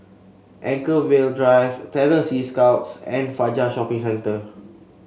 Anchorvale Drive Terror Sea Scouts and Fajar Shopping Centre